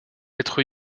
lettre